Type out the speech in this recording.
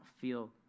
feel